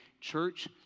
church